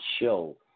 show